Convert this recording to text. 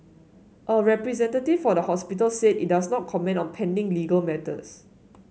a representative for the hospital said it does not comment on pending legal matters